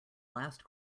last